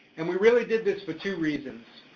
and we really did this for two reasons.